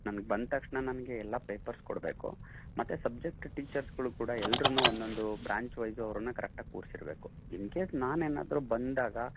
ನನ್ಗೆ ಬಂದ ತಕ್ಷಣ ನನಗೆ ಎಲ್ಲ ಪೇಪರ್ಸ್ ಕೊಡಬೇಕು ಮತ್ತು ಸಬ್ಜೆಕ್ಟ್ ಟೀಚರ್ಸ್ಗಳು ಕೂಡ ಎಲ್ರೂ ಒಂದೊಂದು ಬ್ರ್ಯಾಂಚ್ ವೈಸ್ ಅವರನ್ನು ಕರಕ್ಟಾಗಿ ಕೂರಿಸಿರಬೇಕು ಇನ್ ಕೇಸ್ ನಾನೇನಾದ್ರೂ ಬಂದಾಗ